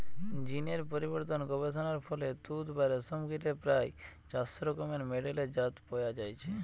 জীন এর পরিবর্তন গবেষণার ফলে তুত বা রেশম কীটের প্রায় চারশ রকমের মেডেলের জাত পয়া যাইছে